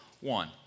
one